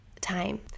time